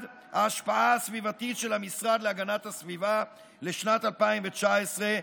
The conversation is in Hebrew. ההשפעה הסביבתית של המשרד להגנת הסביבה לשנת 2019,